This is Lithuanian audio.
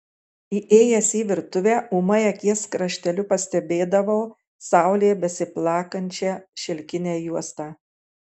įėjęs į virtuvę ūmai akies krašteliu pastebėdavau saulėje besiplakančią šilkinę juostą